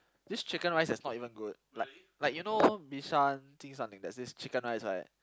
this chicken-rice is not even good like like you know Bishan there's this chicken-rice right